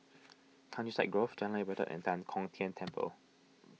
Countryside Grove Jalan Ibadat and Tan Kong Tian Temple